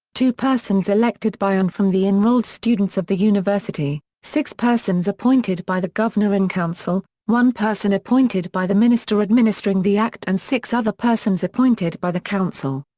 two persons elected by and from the enrolled students of the university, six persons appointed by the governor in council, one person appointed by the minister administering the act and six other persons appointed by the council.